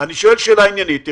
אני שואל שאלה עניינית.